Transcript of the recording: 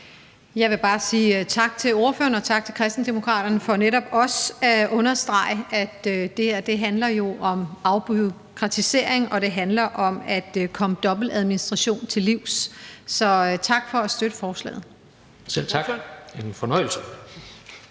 Jeg vil bare sige tak til ordføreren og tak til Kristendemokraterne for netop også at understrege, at det her handler om afbureakratisering og det handler om at komme dobbeltadministration til livs. Så tak for at støtte forslaget. Kl. 18:45 Fjerde